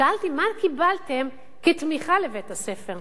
שאלתי: מה קיבלתם כתמיכה לבית-הספר?